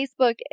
Facebook